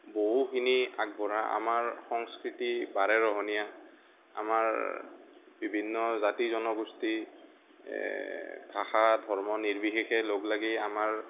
বহুখিনি আগবঢ়া আমাৰ সংস্কৃতি বাৰেৰহণীয়া আমাৰ বিভিন্ন জাতি জনগোষ্ঠী ভাষা ধৰ্ম নিৰ্বিশেষে লগলাগি আমাৰ